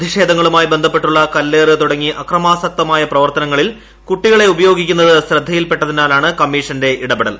പ്രതിഷേധങ്ങളുമായി ബന്ധപ്പെട്ടുള്ള കല്ലേറ് അക്രമാസക്തമായ പ്രവർത്തനങ്ങളിൽ കുട്ടികളെ തുടങ്ങി ഉപയോഗിക്കുന്നത് ശ്രദ്ധയിൽപ്പെട്ടതിനാലാണ് കമ്മീഷഷന്റെ ഇടപെടൽ